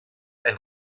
ein